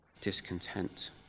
discontent